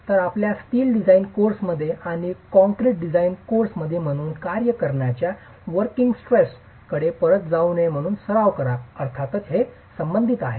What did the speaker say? तर आपल्या steel design कोर्समध्ये आणि कंक्रीट डिझाइन कोर्समध्ये म्हणून कार्य करण्याच्या वोर्किंग स्ट्रेसची कडे परत जाऊ नये म्हणून सराव करा अर्थातच संबंधित आहे